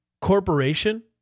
corporation